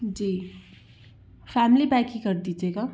जी family pack ही कर दीजिएगा